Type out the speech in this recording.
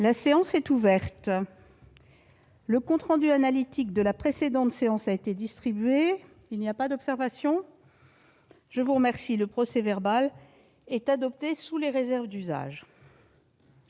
La séance est ouverte.. Le compte rendu analytique de la précédente séance a été distribué. Il n'y a pas d'observation ?... Le procès-verbal est adopté sous les réserves d'usage.